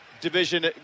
Division